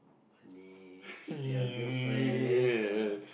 money your girlfriends ah